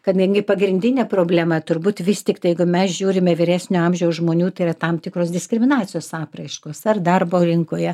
kadangi pagrindinė problema turbūt vis tiktai jeigu mes žiūrime vyresnio amžiaus žmonių tai yra tam tikros diskriminacijos apraiškos ar darbo rinkoje